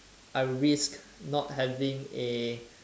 I will risk not having a